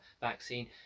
vaccine